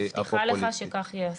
אני מבטיחה לך שכך ייעשה.